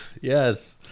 Yes